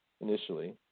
initially